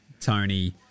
Tony